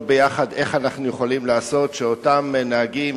ביחד איך אנחנו יכולים לעשות שאותם נהגים,